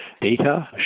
data